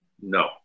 No